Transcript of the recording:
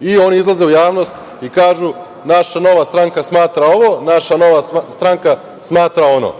i oni izlaze u javnost i kažu – naša nova stranka smatra ovo, naša nova stranka smatra ono.